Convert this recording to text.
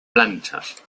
planchas